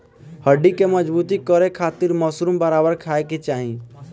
हड्डी के मजबूत करे खातिर मशरूम बराबर खाये के चाही